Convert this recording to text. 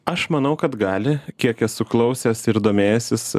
aš manau kad gali kiek esu klausęs ir domėjęsis